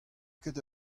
ket